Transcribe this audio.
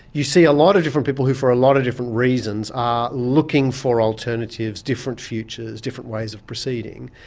you see a lot of different people who, for a lot of different reasons, are looking for alternatives, different futures, different ways of proceeding,